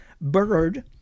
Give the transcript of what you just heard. bird